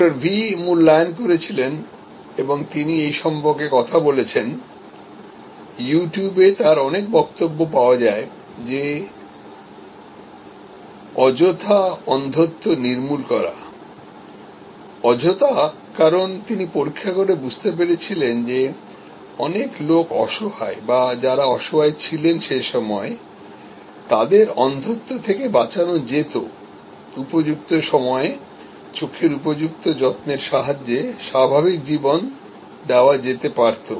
ডাঃ ভি মূল্যায়ন করেছিলেন এবং তিনি এ সম্পর্কে কথা বলেছেন ইউ টিউবে তাঁর অনেক বক্তব্য পাওয়া যায় যে অযথা অন্ধত্ব নির্মূল করা অযথা কারণ তিনি পরীক্ষা করে বুঝতে পেরেছিলেন যে অনেক লোক অসহায় বা যারা অসহায় ছিলেন সেই সময় তাদের অন্ধত্ব থেকে বাঁচানো যেত উপযুক্ত সময়ে চোখের উপযুক্ত যত্নের সাহায্যে স্বাভাবিক জীবন দেওয়া যেতে পারতো